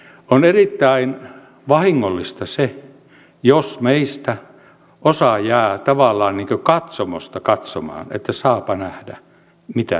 on erittäin vahingollista se jos meistä osa jää tavallaan katsomosta katsomaan että saapa nähdä mitä tässä käy